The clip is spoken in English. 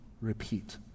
Repeat